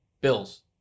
Bills